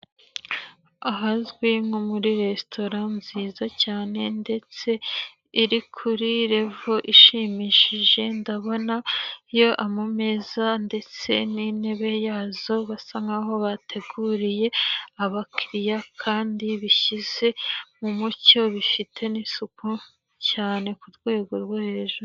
Ahazwi nko muri resitora nziza cyane ndetse iri kuri levo ishimishije ndabonayo amameza ndetse n'intebe yazo basa nkaho bateguriye abakiriya kandi bishyize mu mucyo bifite n'isuku cyane ku rwego rwo hejuru.